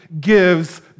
gives